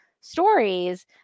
stories